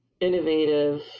innovative